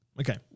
Okay